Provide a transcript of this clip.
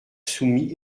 soumis